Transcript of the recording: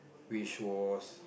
which was